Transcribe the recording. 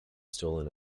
stolen